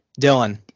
Dylan